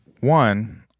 one